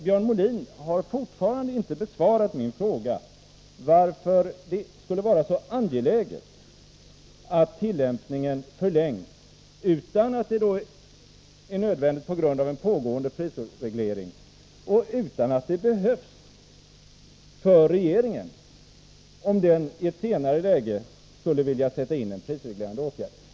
Björn Molin har fortfarande inte besvarat min fråga varför det är så Nr30 angeläget att tillämpningen förlängs, trots att det inte är nödvändigt på grund Onsdagen den av en pågående prisreglering och trots att det inte är nödvändigt för att 23 november 1983 regeringen i ett senare läge skall kunna sätta in prisreglerande åtgärder.